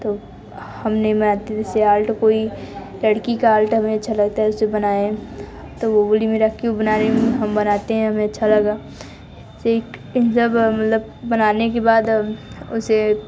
तो हम ने मैत्री से आर्ट कोई लड़की का आर्ट हमें अच्छा लगता है उसे बनाए तो वो बोली मेरा क्यों बना रही हो हम बनाते हैं हमें अच्छा लगा से एक जब मलब बनाने के बाद उसे